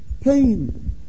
Pain